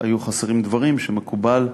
היו חסרים דברים שמקובל,